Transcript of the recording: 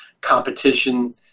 competition